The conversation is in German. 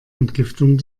entgiftung